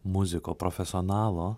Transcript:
muziko profesionalo